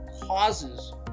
causes